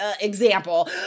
example